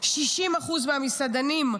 60% מהמסעדנים,